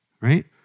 right